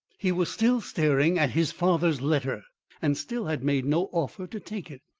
he was still staring at his father's letter and still had made no offer to take it.